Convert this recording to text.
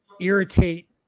irritate